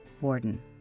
Warden